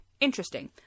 interesting